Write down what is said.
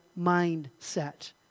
mindset